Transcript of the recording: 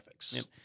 graphics